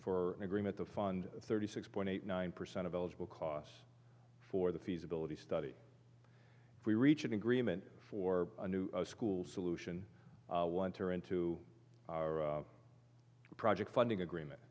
an agreement to fund thirty six point eight nine percent of eligible costs for the feasibility study we reach an agreement for a new school solution one tear into our project funding agreement